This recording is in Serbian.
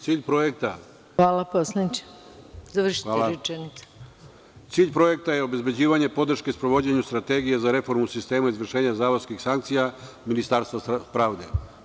Cilj projekta je obezbeđivanje podrške sprovođenju strategije za reformu sistema i izvršenja zatvorskih sankcija Ministarstva pravde.